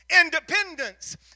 Independence